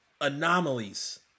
anomalies